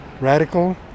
radical